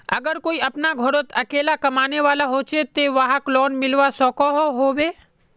अगर कोई अपना घोरोत अकेला कमाने वाला होचे ते वाहक लोन मिलवा सकोहो होबे?